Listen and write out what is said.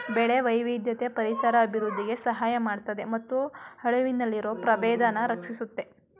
ಬೆಳೆ ವೈವಿಧ್ಯತೆ ಪರಿಸರ ಅಭಿವೃದ್ಧಿಗೆ ಸಹಾಯ ಮಾಡ್ತದೆ ಮತ್ತು ಅಳಿವಿನಲ್ಲಿರೊ ಪ್ರಭೇದನ ರಕ್ಷಿಸುತ್ತೆ